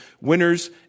winners